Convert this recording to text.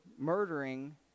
murdering